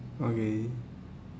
okay